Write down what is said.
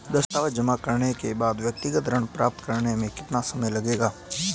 दस्तावेज़ जमा करने के बाद व्यक्तिगत ऋण प्राप्त करने में कितना समय लगेगा?